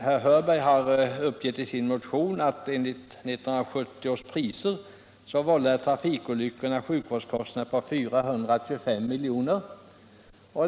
Herr Hörberg har i sin motion uppgivit att enligt 1970 års priser vållade trafikolyckorna sjukvården kostnader på 425 milj.kr.